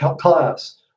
class